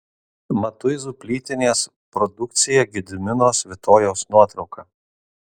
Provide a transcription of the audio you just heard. matuizų plytinės produkcija gedimino svitojaus nuotrauka